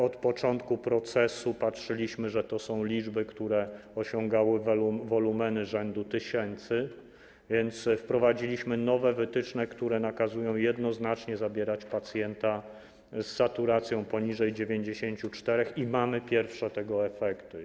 Od początku procesu patrzyliśmy, że to są liczby, które osiągały wolumeny rzędu tysięcy, więc wprowadziliśmy nowe wytyczne, które nakazują jednoznacznie zabierać pacjenta z saturacją poniżej 94%, i mamy pierwsze tego efekty.